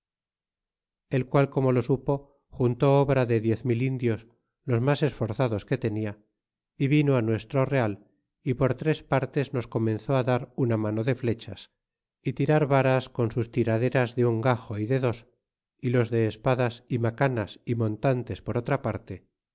el cual como lo supo juntó obra de diez mil indios los mas esforzados que tenia y vino nuestro real y por tres partes nos comenzó dar una mano de flechas y tirar varas con sus tiraderas de un gajo y de dos y los de espadas y macanas y montantes por otra parte por